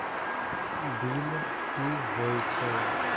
Bill की हौए छै?